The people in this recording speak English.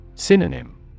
Synonym